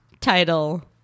title